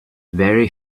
very